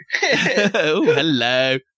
Hello